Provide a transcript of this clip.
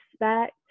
respect